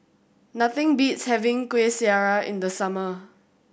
nothing beats having Kueh Syara in the summer